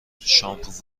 شامپو